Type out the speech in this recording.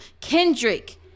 kendrick